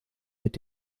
mit